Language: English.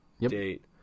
date